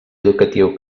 educatiu